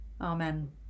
Amen